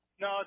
No